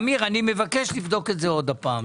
אמיר, אני מבקש לבדוק את זה עוד פעם.